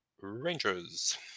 Rangers